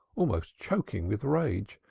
almost choking with rage.